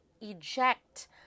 eject